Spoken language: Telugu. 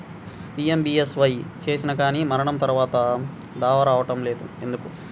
పీ.ఎం.బీ.ఎస్.వై చేసినా కానీ మరణం తర్వాత దావా రావటం లేదు ఎందుకు?